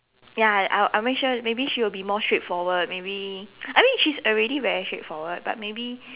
ya I'll I'll make sure maybe she will be more straightforward maybe I mean she's already very straightforward but maybe